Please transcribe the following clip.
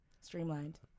streamlined